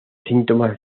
síntomas